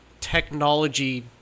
technology